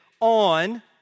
on